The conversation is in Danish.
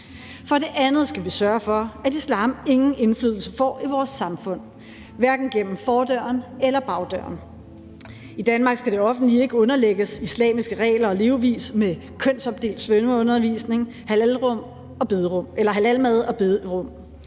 For det andet skal vi sørge for, at islam ingen indflydelse får i vores samfund, hverken gennem fordøren eller bagdøren. I Danmark skal det offentlige ikke underlægges islamiske regler og levevis med kønsopdelt svømmeundervisning, halalmad og bederum.